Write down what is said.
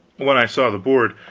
when i saw the board,